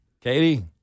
Katie